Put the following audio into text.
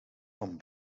van